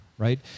right